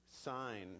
sign